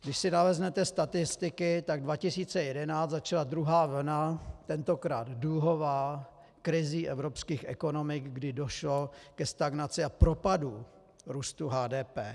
Když si naleznete statistiky, tak 2011 začala druhá vlna, tentokrát dluhová, krizí evropských ekonomik, kdy došlo ke stagnaci a propadu růstu HDP.